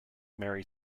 mary